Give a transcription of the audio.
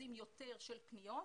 אחוזים יותר של פניות.